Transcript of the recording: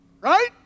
Right